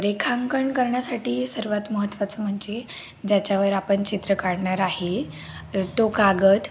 रेखांकन करण्यासाठी सर्वात महत्त्वाचं म्हणजे ज्याच्यावर आपण चित्र काढणार आहे तो कागद